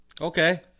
Okay